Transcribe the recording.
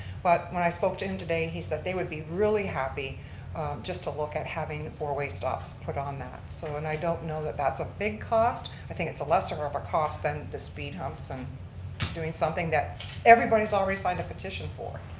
but when i spoke to him today, he said they would be really happy just to look at having four-way stops put on that. so and i don't know that that's a big cost. i think it's lesser of a cost than the speed humps and doing something that everybody's already signed a petition for.